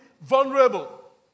vulnerable